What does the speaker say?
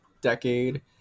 decade